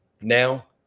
now